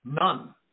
None